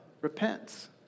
repents